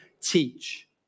teach